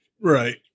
right